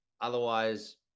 otherwise